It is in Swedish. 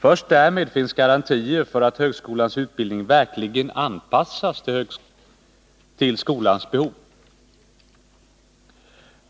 Först därmed finns garantier för att högskolans utbildning verkligen anpassas till skolans behov.